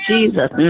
Jesus